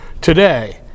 today